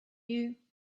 you